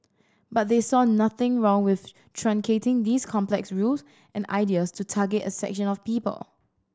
but they saw nothing wrong with truncating these complex rules and ideas to target a section of people